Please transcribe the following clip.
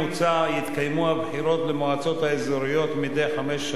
יתקיימו הבחירות למועצות האזוריות מדי חמש שנים,